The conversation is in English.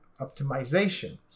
optimization